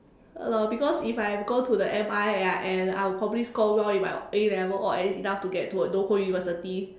ya lor because if I go to the M_I right and I will probably score well in my A-levels or at least enough to get into a local university